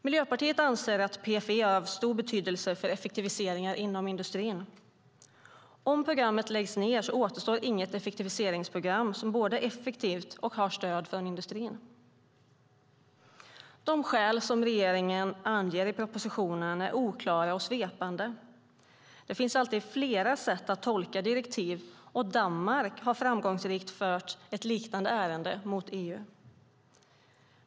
Miljöpartiet anser att PFE är av stor betydelse för effektiviseringar inom industrin. Om programmet läggs ned återstår inget effektiviseringsprogram som både är effektivt och har stöd från industrin. De skäl som regeringen anger i propositionen är oklara och svepande. Det finns alltid flera sätt att tolka direktiv, och Danmark har framgångsrikt fört ett liknande ärende mot EU.